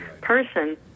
person